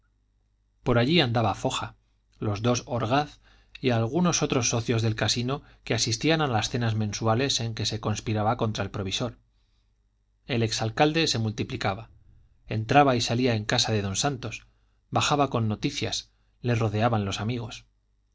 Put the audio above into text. por allí andaban foja los dos orgaz y algunos otros de los socios del casino que asistían a las cenas mensuales en que se conspiraba contra el provisor el ex alcalde se multiplicaba entraba y salía en casa de don santos bajaba con noticias le rodeaban los amigos